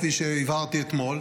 כפי שהבהרתי אתמול,